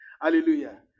hallelujah